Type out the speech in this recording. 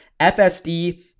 FSD